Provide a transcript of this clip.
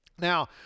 Now